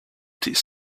these